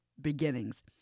beginnings